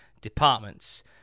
departments